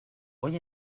hoy